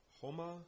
Homa